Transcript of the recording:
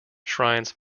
shrines